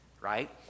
right